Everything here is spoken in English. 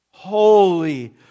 Holy